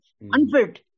unfit